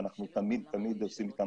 ואנחנו תמיד תמיד עושים איתם